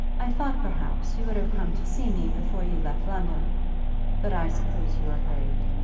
i thought, perhaps, you would have come to see me before you left london but i suppose you were hurried.